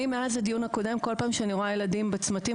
מאז הדיון הקודם כל פעם שאני רואה ילדים בצמתים,